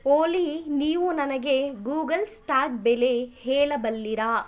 ಓಲಿ ನೀವು ನನಗೆ ಗೂಗಲ್ ಸ್ಟಾಟ್ ಬೆಲೆ ಹೇಳಬಲ್ಲಿರಾ